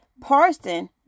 Parson